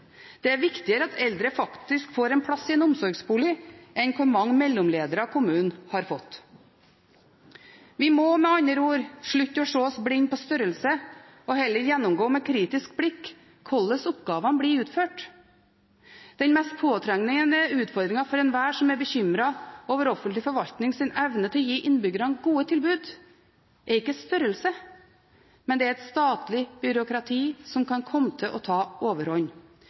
Det er viktigere at eldre faktisk får en plass i en omsorgsbolig enn hvor mange mellomledere kommunen har fått. Vi må med andre ord slutte å se oss blinde på størrelse og heller gjennomgå med et kritisk blikk hvordan oppgavene blir utført. Den mest påtrengende utfordringen for enhver som er bekymret over offentlig forvaltnings evne til å gi innbyggerne gode tilbud, er ikke størrelse – det er et statlig byråkrati som kan komme til å ta overhånd.